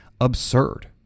absurd